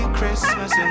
Christmas